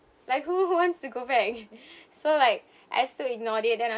like who who wants to go back so like I just too ignored it then I